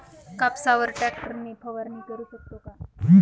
कापसावर ट्रॅक्टर ने फवारणी करु शकतो का?